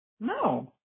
No